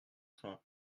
train